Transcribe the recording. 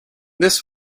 this